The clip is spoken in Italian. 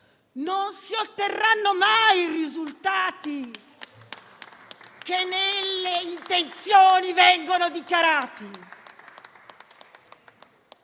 non si otterranno mai i risultati che nelle intenzioni vengono dichiarati.